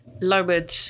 Lowered